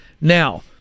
Now